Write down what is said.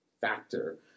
factor